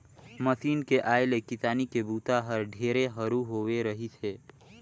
machine के आए ले किसानी के बूता हर ढेरे हरू होवे रहीस हे